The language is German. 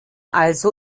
also